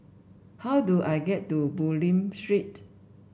how do I get to Bulim Street